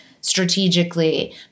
strategically